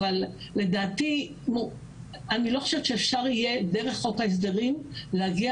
אבל אני לא חושבת שאפשר יהיה דרך חוק ההסדרים להגיע